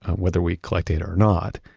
whether we collect data or not,